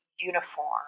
uniform